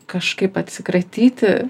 kažkaip atsikratyti